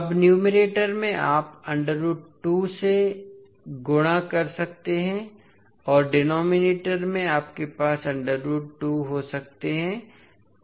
अब न्यूमेरटर में आप से गुणा कर सकते हैं और डिनोमिनेटर में आपके पास हो सकते हैं